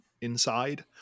inside